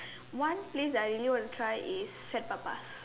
one place that I really want to try is Saint papas